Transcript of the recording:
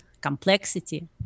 complexity